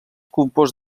compost